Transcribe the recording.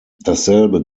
dasselbe